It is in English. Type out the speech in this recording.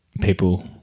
people